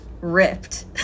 ripped